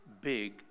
big